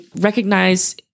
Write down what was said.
recognize